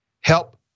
help